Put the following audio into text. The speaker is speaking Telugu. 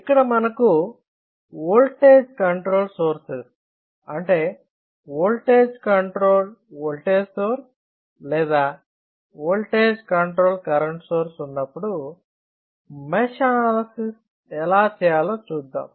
ఇక్కడ మనకు ఓల్టేజ్ కంట్రోల్డ్ సోర్సెస్ అంటే ఓల్టేజ్ కంట్రోల్డ్ ఓల్టేజ్ సోర్స్ లేదా ఓల్టేజ్ కంట్రోల్ కరెంట్ సోర్స్ ఉన్నప్పుడు మెష్ అనాలసిస్ ఎలా చేయాలో చూద్దాం